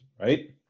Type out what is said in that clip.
right